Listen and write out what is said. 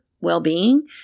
well-being